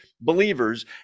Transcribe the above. believers